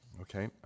Okay